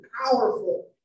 powerful